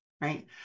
right